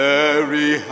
Mary